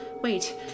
wait